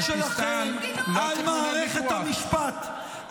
במתקפות שלכם על מערכת המשפט,